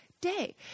day